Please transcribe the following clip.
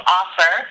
offer